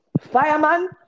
Fireman